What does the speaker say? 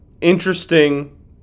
interesting